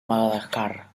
madagascar